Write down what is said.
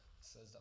says